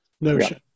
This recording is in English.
notion